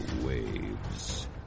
waves